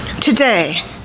Today